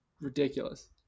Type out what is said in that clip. ridiculous